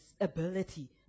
ability